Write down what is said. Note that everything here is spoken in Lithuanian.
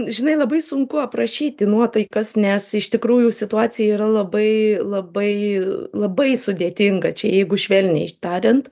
žinai labai sunku aprašyti nuotaikas nes iš tikrųjų situacija yra labai labai labai sudėtinga čia jeigu švelniai tariant